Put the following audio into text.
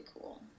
cool